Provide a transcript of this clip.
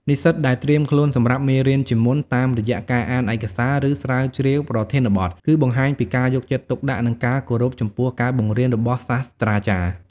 និស្សិតដែលត្រៀមខ្លួនសម្រាប់មេរៀនជាមុន តាមរយៈការអានឯកសារ ឬស្រាវជ្រាវប្រធានបទ គឺបង្ហាញពីការយកចិត្តទុកដាក់ និងការគោរពចំពោះការបង្រៀនរបស់សាស្រ្តាចារ្យ។